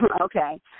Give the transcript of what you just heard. Okay